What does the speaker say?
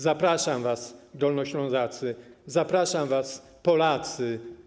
Zapraszam was, Dolnoślązacy, zapraszam was, Polacy.